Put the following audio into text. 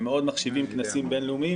הם מאוד מחשיבים כנסים בין-לאומיים,